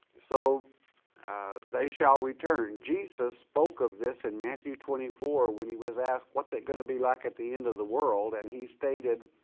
so they shall return. jesus spoke of this in and matthew twenty four when he was asked what's it gonna be like at the end of the world, and he stated,